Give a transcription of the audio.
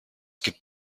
gibt